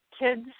kids